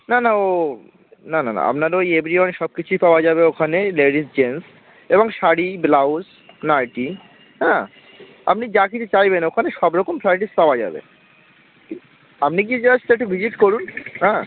না না ও না না না আপনার ওই এব্রিওয়ানের সব কিছুই পাওয়া যাবে ওখানে লেডিস জেন্টস এবং শাড়ি ব্লাউজ নাইটি হ্যাঁ আপনি যা কিছু চাইবেন ওখানে সব রকম ভ্যারাইটিস পাওয়া যাবে আপনি কি জাস্ট একটু ভিজিট করুন হ্যাঁ